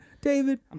David